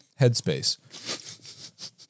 headspace